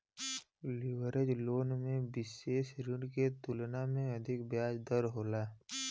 leverage loan में विसेष ऋण के तुलना में अधिक ब्याज दर होला